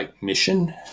mission